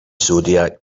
zodiac